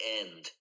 end